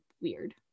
weird